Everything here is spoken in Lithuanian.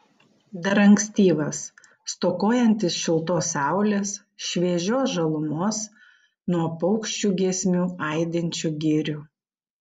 dar ankstyvas stokojantis šiltos saulės šviežios žalumos nuo paukščių giesmių aidinčių girių